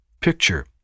Picture